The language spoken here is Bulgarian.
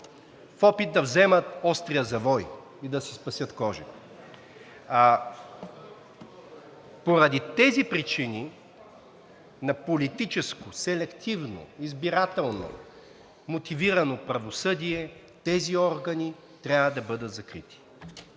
в опит да вземат острия завой и да си спасят кожите. Поради тези причини на политическо, селективно, избирателно мотивирано правосъдие тези органи трябва да бъдат закрити.